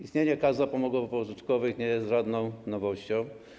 Istnienie kas zapomogowo-pożyczkowych nie jest żadną nowością.